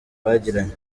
bagiranye